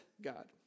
God